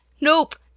nope